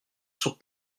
sur